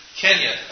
Kenya